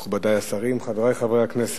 תודה רבה לך, מכובדי השרים, חברי חברי הכנסת,